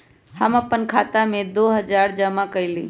हम अपन खाता में दो हजार जमा कइली